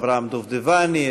אברהם דובדבני,